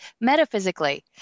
metaphysically